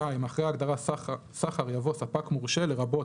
(2)אחרי ההגדרה "סחר" יבוא: ""ספק מורשה" לרבות